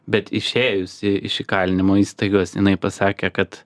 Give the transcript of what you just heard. bet išėjusi iš įkalinimo įstaigos jinai pasakė kad